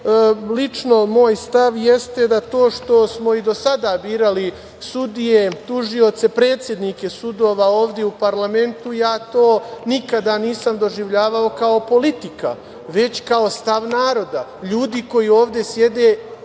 lično moj stav jeste da to što smo i do sada birali sudije, tužioce, predsednike sudova ovde u parlamentu, ja to nikada nisam doživljavao kao politiku, već kao stav naroda. Ljudi koji ovde sede